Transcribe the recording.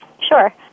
Sure